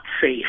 safe